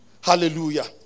Hallelujah